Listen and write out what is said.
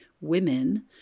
women